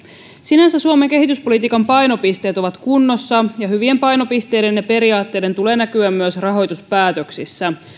sinänsä suomen kehityspolitiikan painopisteet ovat kunnossa ja hyvien painopisteiden ja periaatteiden tulee näkyä myös rahoituspäätöksissä